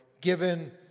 given